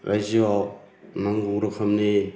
रायजोआव नांगौ रोखोमनि